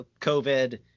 covid